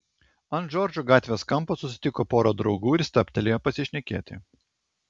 ant džordžo gatvės kampo susitiko porą draugų ir stabtelėjo pasišnekėti